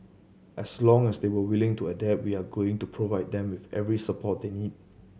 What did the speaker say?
as long as they are willing to adapt we are going to provide them with every support they need